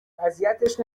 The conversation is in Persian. اذیتش